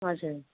हजुर